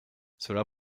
cela